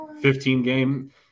15-game